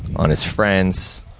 on his friends,